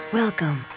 welcome